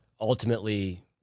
ultimately